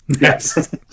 Yes